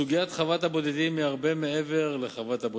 סוגיית חוות הבודדים היא הרבה מעבר לבודדים.